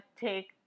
take